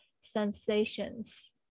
sensations